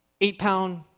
eight-pound